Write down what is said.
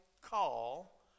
call